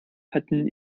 hatten